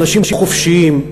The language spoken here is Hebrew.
אנשים חופשיים,